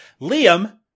Liam